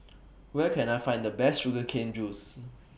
Where Can I Find The Best Sugar Cane Juice